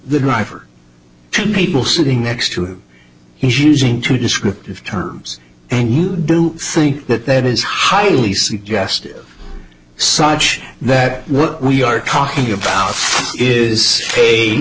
the driver to people sitting next to him he's using two descriptive terms and you do think that that is highly suggestive such that what we are talking about is a